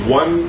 one